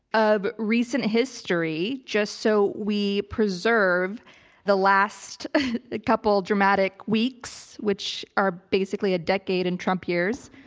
of recent history just so we preserve the last couple of dramatic weeks, which are basically a decade in trump years.